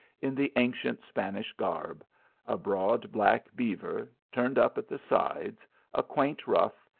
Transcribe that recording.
in the ancient spanish garb a broad black beaver, turned up at the sides a quaint ruff,